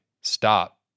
stop